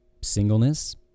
singleness